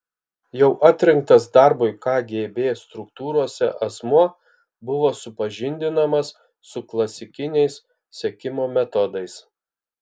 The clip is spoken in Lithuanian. jau atrinktas darbui kgb struktūrose asmuo buvo supažindinamas su klasikiniais sekimo metodais